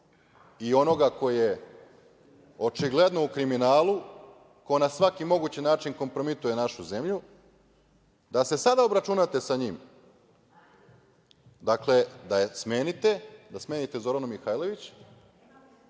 i onoga ko je očigledno u kriminalu, ko na svaki mogući način kompromituje našu zemlju, da se sada obračunate sa njim, dakle da je smenite, da smenite Zoranu Mihajlović.